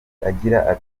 agira